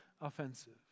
offensive